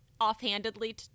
offhandedly